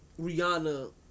Rihanna